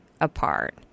apart